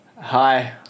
Hi